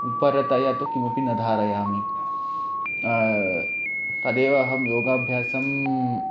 अपरतया तु किमपि न धारयामि तदेव अहं योगाभ्यासं